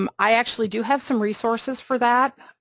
um i actually do have some resources for that,